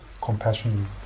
compassion